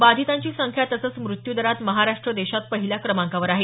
बाधितांची संख्या तसंच मृत्यू दरात महाराष्ट्र देशात पहिल्या क्रमांकावर आहे